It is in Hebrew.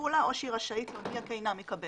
שצורפו לה או שהיא רשאית להודיע כי אינה מקבלת.